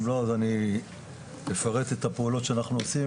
אם לא אז אני אפרט את הפעולות שאנחנו עושים.